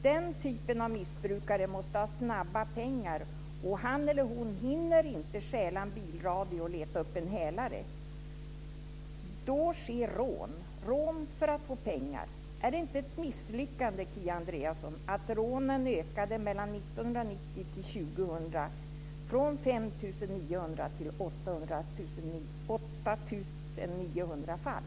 Den typen av missbrukare måste ha snabba pengar, och de hinner inte stjäla en bilradio och leta upp en hälare. Då sker rån, rån för att få pengar. Är det inte ett misslyckande, Kia Andreasson, att rånen ökade mellan 1990 och 2000 från 5 900 till 8 900 fall?